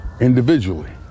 individually